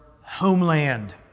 homeland